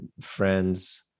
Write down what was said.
friends